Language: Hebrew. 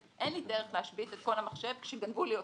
לי דרך להשבית את כל המחשב כשגנבו לי אותו.